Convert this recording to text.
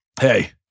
hey